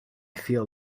feel